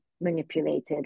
manipulated